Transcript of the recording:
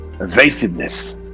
Evasiveness